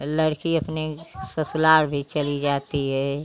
लड़की अपने ससुराल भी चली जाती है